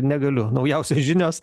negaliu naujausios žinios